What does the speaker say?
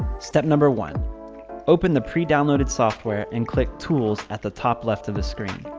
step number one open the pre-downloaded software and click tools at the top left of the screen.